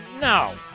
No